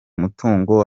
mutungo